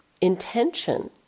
intention